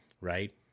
right